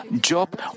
Job